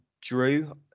drew